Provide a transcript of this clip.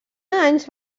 anys